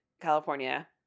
California